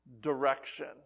direction